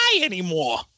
anymore